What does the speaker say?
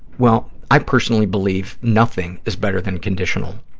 well, i personally believe nothing is better than conditional